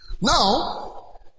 Now